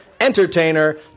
entertainer